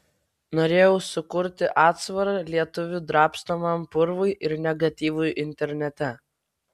norėjau sukurti atsvarą lietuvių drabstomam purvui ir negatyvui internete